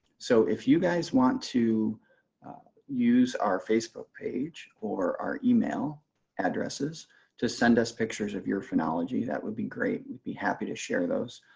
so if you guys want to use our facebook page or our email addresses to send us pictures of your phenology that would be great we'd be happy to share those.